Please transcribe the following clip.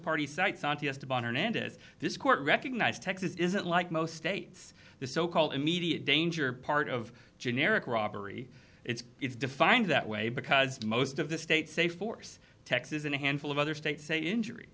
parties cites on the esteban hernandez this court recognized texas isn't like most states the so called immediate danger part of generic robbery it's defined that way because most of the states say force texas and a handful of other states a injury